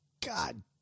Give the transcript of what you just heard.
God